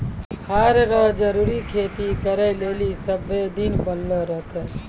हर रो जरूरी खेती करै लेली सभ्भे दिन बनलो रहतै